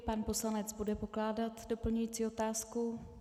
Pan poslanec bude pokládat doplňující otázku?